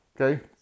Okay